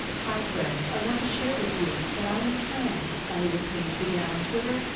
hi, friends. i want to share with you that i am trans, elliot page began on twitter.